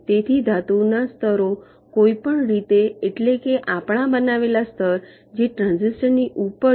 તેથી ધાતુના સ્તરો કોઈપણ રીતે એટલે કે આપણા બનાવેલા સ્તર જે ટ્રાંઝિસ્ટર ની ઉપર છે